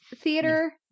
theater